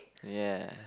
yeah